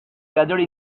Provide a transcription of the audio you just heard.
gathered